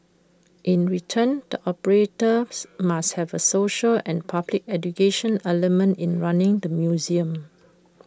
in return the operators must have A social and public education element in running the museum